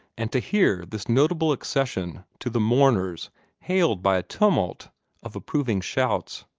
and to hear this notable accession to the mourners hailed by a tumult of approving shouts.